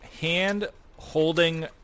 hand-holding